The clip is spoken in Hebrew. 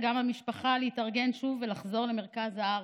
גם המשפחה להתארגן שוב ולחזור למרכז הארץ.